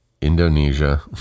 Indonesia